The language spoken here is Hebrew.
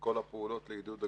כל הפעולות לעידוד הגיוס,